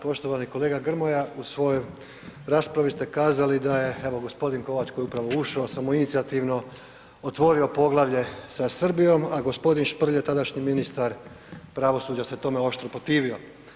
Poštovani kolega Grmoja, u svojoj raspravi ste kazali da je evo g. Kovač koji je upravo ušao, samoinicijativno otvorio poglavlje sa Srbijom, a g. Šprlje, tadašnji ministar pravosuđa, se tome oštro protivio.